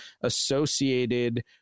associated